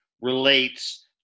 relates